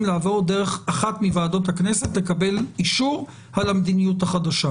לעבור דרך אחת מוועדות הכנסת לקבל אישור על המדיניות החדשה.